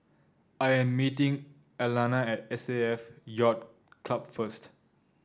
I am meeting Alanna at S A F Yacht Club first